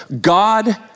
God